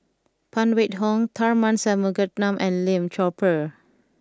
Phan Wait Hong Tharman Shanmugaratnam and Lim Chor Pee